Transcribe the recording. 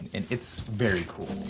and it's very cool.